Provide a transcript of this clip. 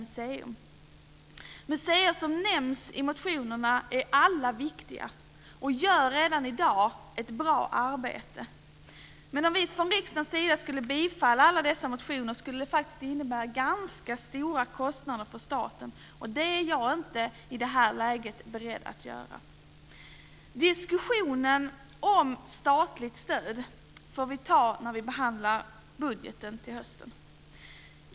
De museer som nämns i motionerna är alla viktiga och gör redan i dag ett bra arbete. Om vi från riksdagen skulle bifalla alla dessa motioner skulle det dock innebära ganska stora kostnader för staten, och det är jag inte beredd till i det här läget. Diskussionen om statligt stöd får tas när vi behandlar budgeten till hösten.